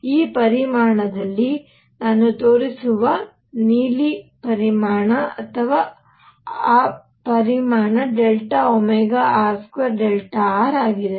ಈ ಪರಿಮಾಣದಲ್ಲಿ ನಾನು ತೋರಿಸುತ್ತಿರುವ ನೀಲಿ ಪರಿಮಾಣ ಮತ್ತು ಆ ಪರಿಮಾಣ dr2r ಆಗಿದೆ